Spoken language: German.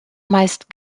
meist